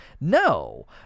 no